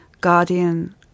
Guardian